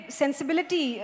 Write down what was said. sensibility